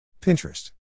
Pinterest